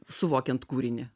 suvokiant kūrinį